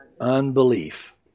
unbelief